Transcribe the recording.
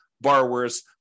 borrowers